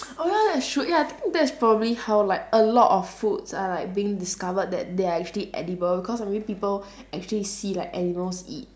oh ya that's true ya I think that's probably how like a lot of food are like being discovered that they are actually edible cause maybe people actually see like animals eat